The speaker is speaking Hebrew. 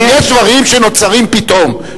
יש דברים שנוצרים פתאום,